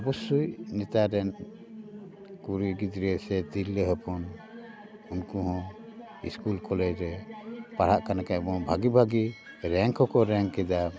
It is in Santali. ᱚᱵᱚᱥᱳᱭ ᱱᱮᱛᱟᱨ ᱨᱮᱱ ᱠᱩᱲᱤ ᱜᱤᱫᱽᱨᱟᱹ ᱥᱮ ᱛᱤᱨᱞᱟᱹ ᱦᱚᱯᱚᱱ ᱩᱱᱠᱩ ᱦᱚᱸ ᱤᱥᱠᱩᱞ ᱠᱚᱞᱮᱡᱽ ᱨᱮ ᱯᱟᱲᱦᱟᱜ ᱠᱟᱱᱟ ᱠᱚ ᱮᱵᱚᱝ ᱵᱷᱟᱹᱜᱤ ᱨᱮᱝᱠ ᱦᱚᱠᱚ ᱨᱮᱝᱠ ᱮᱫᱟ